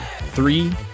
three